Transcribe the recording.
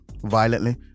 Violently